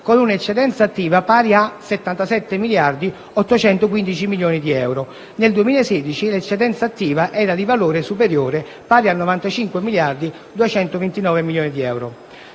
con un'eccedenza attiva pari a 77.815 milioni di euro; nel 2016 l'eccedenza attiva era di valore superiore, pari a 95.229 milioni di euro.